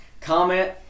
comment